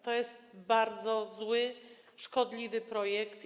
To jest bardzo zły, szkodliwy projekt.